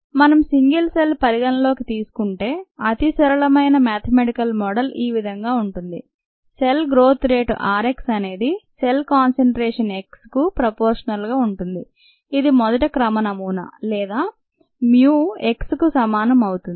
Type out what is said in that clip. మనం single cell పరిగణనలోకి తీసుకుంటే అతి సరళమైన మేథమెటికల్ మోడల్ ఈ విధంగా ఉంటుంది సెల్ గ్రోత్ రేటు RX అనేది సెల్ కాన్సెన్ట్రేషన్ xకు ప్రపోర్షనల్గా ఉంటుంది ఇది మొదటి క్రమనమూనా లేదా mu xకు సమానం అవుతుంది